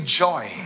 joy